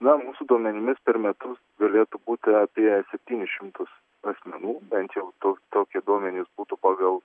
na mūsų duomenimis per metus galėtų būti apie septynis šimtus asmenų bent jau to tokie duomenys būtų pagal